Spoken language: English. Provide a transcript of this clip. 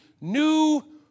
new